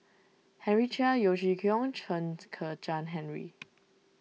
Henry Chia Yeo Chee Kiong Chen Kezhan Henri